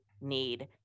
need